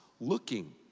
looking